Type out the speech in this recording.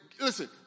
Listen